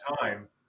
time